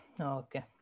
Okay